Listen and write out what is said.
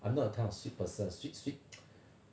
I'm not the kind of sweet person sweet sweet